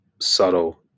subtle